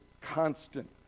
constant